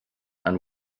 and